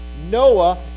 Noah